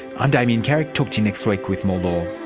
i'm damien carrick, talk to you next week with more